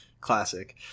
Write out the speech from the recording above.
Classic